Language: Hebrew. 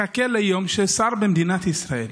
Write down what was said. מחכה ליום ששר במדינת ישראל